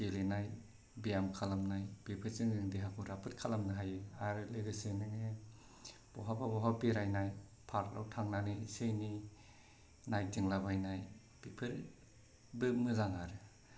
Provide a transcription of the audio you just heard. गेलेनाय ब्याम खालामनाय बेफोरजों जों देहाखौ राफोद खालामनो हायो आरो लोगोसे नों बहाबा बहाबा बेरायनाय पार्काव थांनानै एसे एनै नायथिंलाबायनाय बेफोरबो मोजां आरो